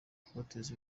kubateza